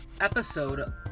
episode